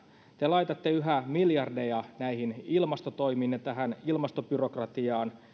te laitatte yhä miljardeja näihin ilmastotoimiin ja tähän ilmastobyrokratiaan